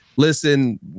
listen